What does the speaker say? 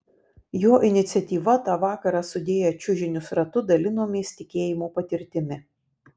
jo iniciatyva tą vakarą sudėję čiužinius ratu dalinomės tikėjimo patirtimi